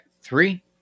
three